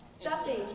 Stuffing